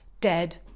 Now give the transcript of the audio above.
dead